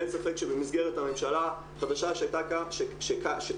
ואין ספק שבמסגרת הממשלה החדשה שתקום,